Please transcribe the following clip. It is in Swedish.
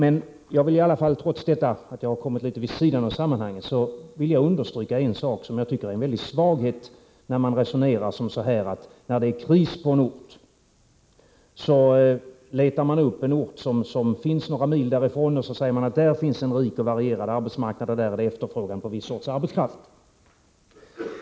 Trots att min fråga hamnat litet vid sidan om i det här sammanhanget vill jag understryka något som jag tycker är en stor svaghet. Man resonerar nämligen på följande sätt. När det är kris på en ort, letar man upp en ort några mil längre bort. Man säger att där finns en rik och varierad arbetsmarknad och att det där råder efterfrågan på en viss sorts arbetskraft.